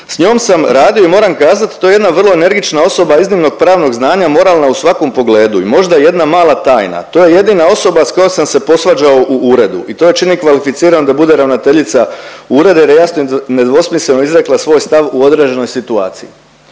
S njom sam radio i moram kazat to je jedna vrlo energična osoba iznimnog pravnog znanja moralna u svakom pogledu i možda jedna mala tajna, to je jedina osoba s kojom sam se posvađao u uredu i to je čini kvalificiranu da bude ravnateljica ureda jer je jasno i nedvosmisleno izrekla svoj stav u određenoj situaciji.